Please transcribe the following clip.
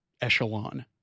echelon